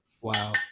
Wow